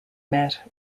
met